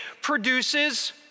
produces